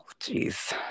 jeez